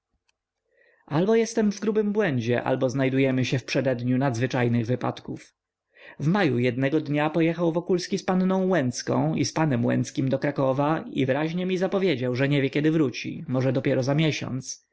albo jestem w grubym błędzie albo znajdujemy się w przededniu nadzwyczajnych wypadków w maju jednego dnia pojechał wokulski z panną łęcką i z panem łęckim do krakowa i wyraźnie mi zapowiedział że nie wie kiedy wróci może dopiero za miesiąc